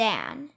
Dan